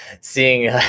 Seeing